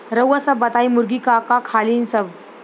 रउआ सभ बताई मुर्गी का का खालीन सब?